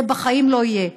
זה בחיים לא יהיה.